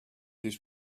his